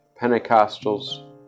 Pentecostals